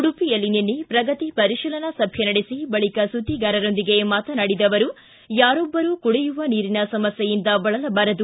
ಉಡುಪಿಯಲ್ಲಿ ನಿನ್ನೆ ಪ್ರಗತಿ ಪರಿಶೀಲನಾ ಸಭೆ ನಡೆಸಿ ಬಳಿಕ ಸುದ್ವಿಗಾರರೊಂದಿಗೆ ಅವರು ಯಾರೊಬ್ಬರೂ ಕುಡಿಯುವ ನೀರಿನ ಸಮಸ್ಟೆಯಿಂದ ಬಳಲಬಾರದು